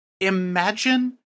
Imagine